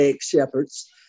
shepherds